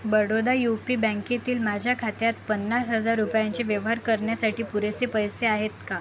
Baroda U P बँकेतील माझ्या खात्यात पन्नास हजार रुपयांचे व्यवहार करण्यासाठी पुरेसे पैसे आहेत का